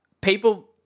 people –